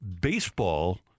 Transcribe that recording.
baseball